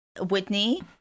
Whitney